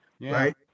Right